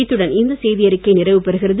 இத்துடன் இந்த செய்தி அறிக்கை நிறைவுபெறுகிறது